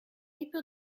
paper